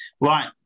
right